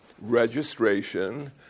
registration